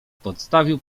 podstawił